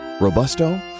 Robusto